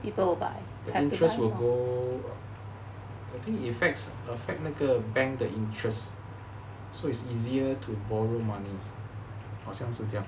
the interest will go I think effects affect 那个 bank 的 interest so it's easier to borrow money 好像是这样